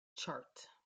chart